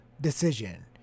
decision